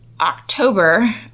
October